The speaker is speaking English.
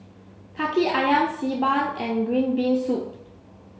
Kaki Ayam Xi Ban and green bean soup